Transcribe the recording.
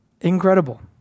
Incredible